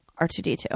r2d2